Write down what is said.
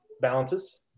balances